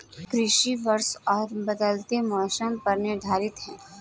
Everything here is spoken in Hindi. कृषि वर्षा और बदलते मौसम पर निर्भर है